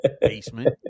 basement